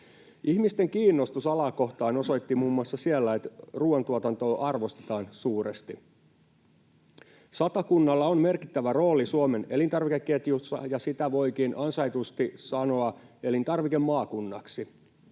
Ihmisten kiinnostus alaa kohtaan osoitti muun muassa siellä, että ruuantuotantoa arvostetaan suuresti. Satakunnalla on merkittävä rooli Suomen elintarvikeketjussa, ja sitä voikin ansaitusti sanoa elintarvikemaakunnaksi.